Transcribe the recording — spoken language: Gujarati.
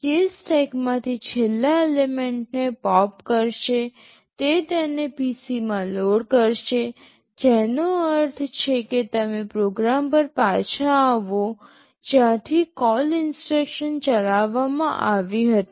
તે સ્ટેકમાંથી છેલ્લા એલિમેન્ટને પોપ કરશે તે તેને PC માં લોડ કરશે જેનો અર્થ છે કે તમે પ્રોગ્રામ પર પાછા આવો જ્યાંથી કોલ ઇન્સટ્રક્શન ચલાવવામાં આવી હતી